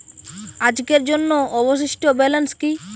আজকের জন্য অবশিষ্ট ব্যালেন্স কি?